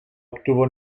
obtuvo